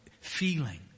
feeling